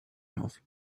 health